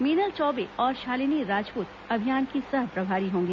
मीनल चौबे और शालिनी राजपूत अभियान की सह प्रभारी होंगी